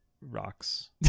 rocks